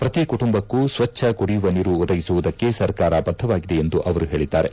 ಪ್ರತಿ ಕುಟುಂಬಕ್ಕೂ ಸ್ವಚ್ಚ ಕುಡಿಯುವ ನೀರು ಒದಗಿಸುವುದಕ್ಕೆ ಸರ್ಕಾರ ಬದ್ಧವಾಗಿದೆ ಎಂದು ಅವರು ಹೇಳಿದ್ದಾರೆ